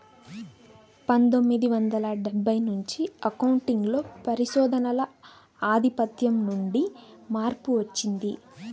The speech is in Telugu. పందొమ్మిది వందల డెబ్బై నుంచి అకౌంటింగ్ లో పరిశోధనల ఆధిపత్యం నుండి మార్పు వచ్చింది